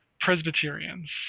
Presbyterians